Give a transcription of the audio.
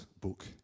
book